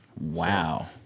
Wow